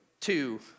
two